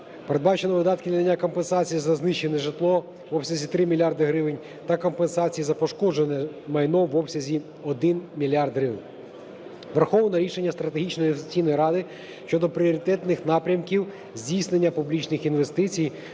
Передбачено видатки для надання компенсації за знищене житло в обсязі три мільярди гривень та компенсації за пошкоджене майно в обсязі один мільярд гривень. Враховано рішення Стратегічної інвестиційної ради щодо пріоритетних напрямків здійснення публічних інвестицій,